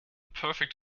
perfect